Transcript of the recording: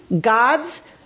gods